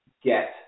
get